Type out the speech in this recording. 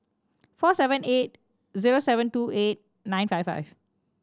four seven eight zero seven two eight nine five five